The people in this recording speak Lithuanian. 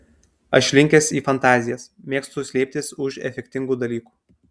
aš linkęs į fantazijas mėgstu slėptis už efektingų dalykų